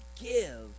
give